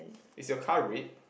is your car red